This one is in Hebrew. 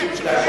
תסביר.